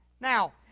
Now